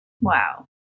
Wow